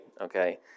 Okay